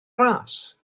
ras